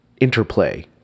interplay